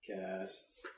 Cast